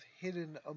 hidden